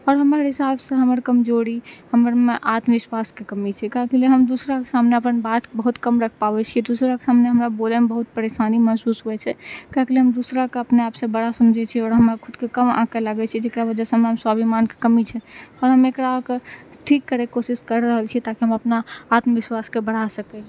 आओर हमर हिसाबसँ हमर कमजोरी हमरमे आत्मविश्वासके कमी छै काहेके लिए हम दोसराके सामने अपन बात बहुत कम राखि पाबै छियै दोसराके समाने हमरा बोलैमे बहुत परेशानी महसूस होइ छै काहेके लिए हम दोसराके अपने आपसँ बड़ा समझै छियै आओर हमरा खुदके कम आँके लागै छियै जकरा वजहसँ हमरामे स्वाभिमानके कमी छै आओर हम एकराके ठीक करैके कोशिश कर रहल छियै ताकि हम अपना आत्मविश्वासके बढ़ाए सकी